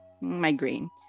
migraine